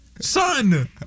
Son